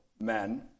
men